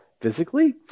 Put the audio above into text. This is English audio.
physically